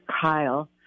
Kyle